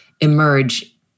emerge